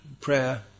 prayer